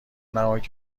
نمایید